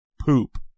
poop